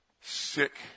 sick